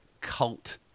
cult